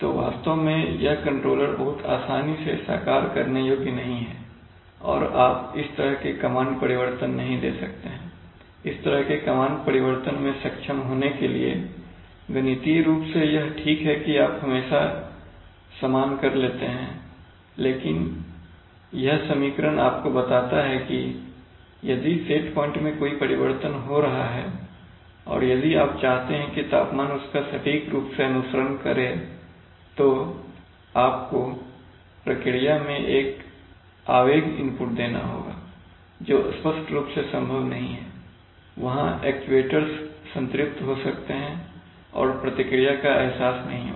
तो वास्तव में यह कंट्रोलर बहुत आसानी से साकार करने योग्य नहीं है और आप इस तरह के कमांड परिवर्तन नहीं दे सकते हैं इस तरह के कमांड परिवर्तन मैं सक्षम होने के लिए गणितीय रूप से यह ठीक है कि आप हमेशा समान कर सकते हैं लेकिन यह समीकरण आपको बताता है कि यदि सेट पॉइंट में कोई परिवर्तन हो रहा है और यदि आप चाहते हैं कि तापमान उसका सटीक रूप से अनुसरण करे तो आपको प्रक्रिया में एक आवेग इनपुट देना होगा जो स्पष्ट रूप से संभव नहीं है वहाँ एक्ट्यूएटर्स संतृप्त हो सकते हैं और प्रतिक्रिया का एहसास नहीं होगा